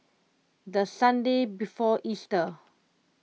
the Sunday before Easter